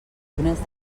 túnels